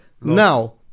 now